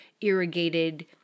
irrigated